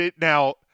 now